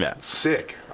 Sick